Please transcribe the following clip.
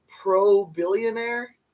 pro-billionaire